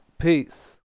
peace